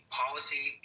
policy